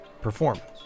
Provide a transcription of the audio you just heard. performance